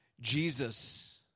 Jesus